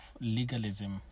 legalism